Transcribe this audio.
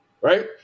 right